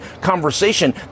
conversation